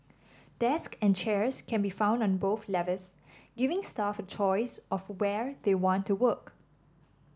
desks and chairs can be found on both levels giving staff a choice of where they want to work